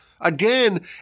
again